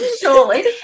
surely